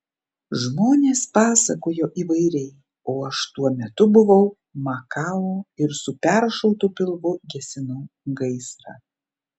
žmonės pasakojo įvairiai o aš tuo metu buvau makao ir su peršautu pilvu gesinau gaisrą